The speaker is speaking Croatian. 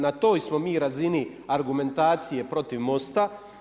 Na toj smo mi razini argumentacije protiv MOST-a.